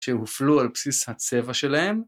שהופלו על בסיס הצבע שלהם.